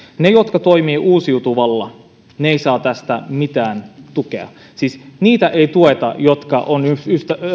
he jotka toimivat uusiutuvalla eivät saa tästä mitään tukea siis ei tueta heitä jotka ovat